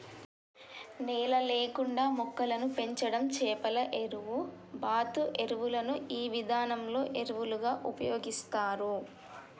నేల లేకుండా మొక్కలను పెంచడం చేపల ఎరువు, బాతు ఎరువులను ఈ విధానంలో ఎరువులుగా ఉపయోగిస్తారు